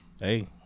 Hey